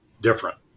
different